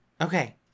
Okay